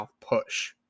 push